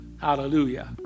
Hallelujah